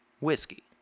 whiskey